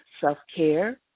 self-care